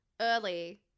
early